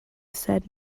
said